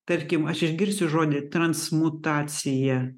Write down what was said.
tarkim aš išgirsiu žodį transmutacija